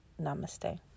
Namaste